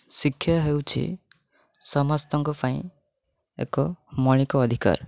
ଶିକ୍ଷା ହେଉଛି ସମସ୍ତଙ୍କ ପାଇଁ ଏକ ମୌଳିକ ଅଧିକାର